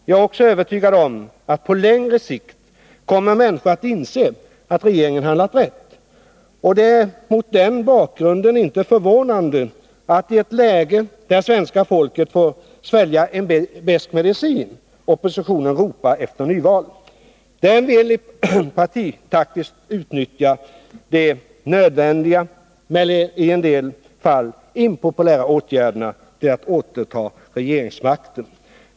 Jag är också övertygad om att på längre sikt kommer människor att inse att regeringen handlat rätt. Det är mot den bakgrunden inte förvånande att, i ett läge där svenska folket får svälja en besk medicin, oppositionen ropar efter nyval. Den vill partitaktiskt utnyttja de nödvändiga men i en del fall impopulära åtgärderna till att återta regeringsmakten.